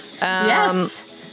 Yes